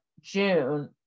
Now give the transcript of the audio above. june